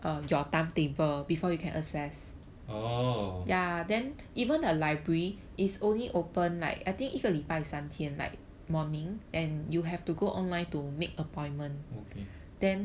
orh okay